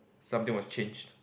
something was changed